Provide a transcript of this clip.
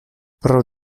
pro